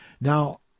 Now